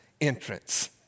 entrance